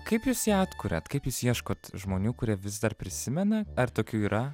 kaip jūs ją atkuriat kaip jūs ieškot žmonių kurie vis dar prisimena ar tokių yra